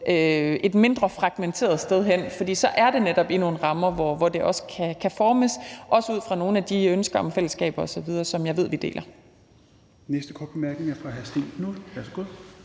et mindre fragmenteret sted hen, for så er det netop i nogle rammer, hvor det kan formes, også ud fra nogle af de ønsker om fællesskab osv., som jeg ved vi deler.